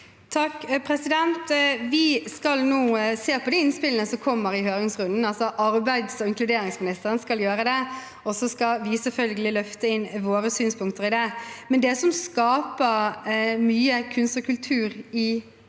Vi skal nå se på de innspillene som kommer i høringsrunden. Arbeids- og inkluderingsministeren skal gjøre det, og så skal vi selvfølgelig løfte inn våre synspunkter. Men det som skaper mye kunst og kultur i Norge,